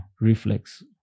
reflex